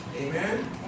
Amen